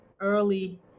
early